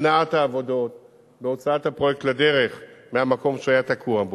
בהנעת העבודות והוצאת הפרויקט לדרך מהמקום שהוא היה תקוע בו,